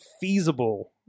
feasible